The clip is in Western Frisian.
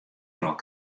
troch